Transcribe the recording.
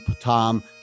Tom